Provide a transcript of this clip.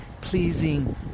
pleasing